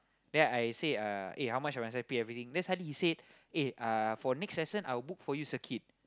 then I say uh eh how much must I pay everything then suddenly he say eh uh for next lesson I will book for you circuit